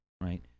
right